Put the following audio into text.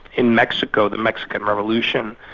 in mexico, the mexican revolution,